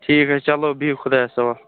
ٹھیٖک حظ چھُ چلو بِہیٛو خۄدایَس حوالہٕ